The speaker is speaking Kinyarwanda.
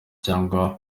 cyangwa